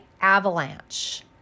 Avalanche